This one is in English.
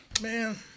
Man